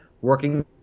working